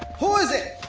who is it?